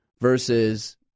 Versus